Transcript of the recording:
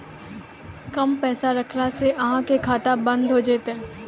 कम पैसा रखला से अहाँ के खाता बंद हो जैतै?